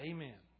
Amen